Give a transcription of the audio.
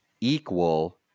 equal